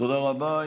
תודה רבה.